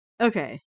Okay